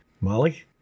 molly